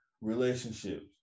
relationships